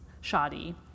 shoddy